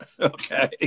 Okay